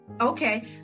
okay